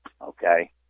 Okay